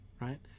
right